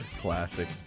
Classic